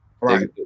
right